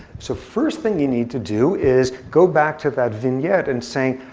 so first thing you need to do is go back to that vignette and saying,